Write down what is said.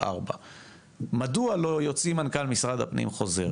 4. מדוע לא יוציא מנכ"ל משרד הפנים חוזר